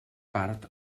part